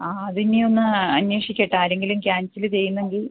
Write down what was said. ആ അതിനിയൊന്ന് അന്വേഷിക്കട്ടെ ആരെങ്കിലും ക്യാൻസല് ചെയ്യുന്നെങ്കിൽ